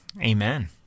Amen